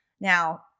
Now